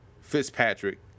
Fitzpatrick